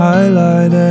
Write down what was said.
Highlight